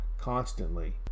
constantly